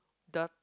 the